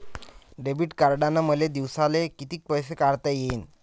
Debit कार्डनं मले दिवसाले कितीक पैसे काढता येईन?